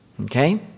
Okay